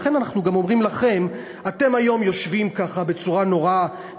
לכן אנחנו גם אומרים לכם: אתם היום יושבים ככה בצורה מאוד בטוחה,